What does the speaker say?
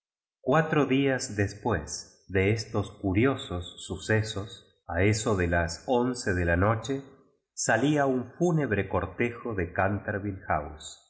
cuatro días después de estos curiosos sucosos a eso de las once de la noche salía un fúnebre cortejo de